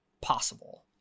possible